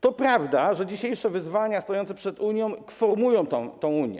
To prawda, że w dzisiejsze wyzwania stojące przed Unią formują tę Unię.